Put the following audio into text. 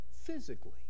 physically